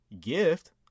gift